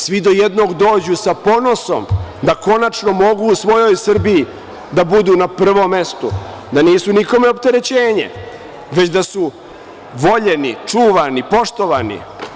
Svi do jednog dođu sa ponosom da konačno mogu u svojoj Srbiji da budu na prvom mestu, da nisu nikome opterećenje, već da su voljeni, čuvani, poštovani.